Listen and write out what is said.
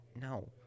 No